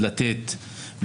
לתת,